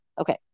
okay